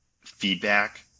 feedback